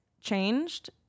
changed